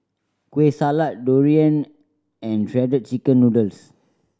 Kueh Salat durian and Shredded Chicken Noodles